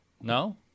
No